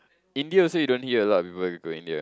India you also don't hear a lot of people go India